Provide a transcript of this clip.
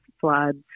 floods